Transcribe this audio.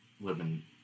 living